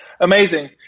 amazing